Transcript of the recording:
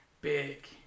big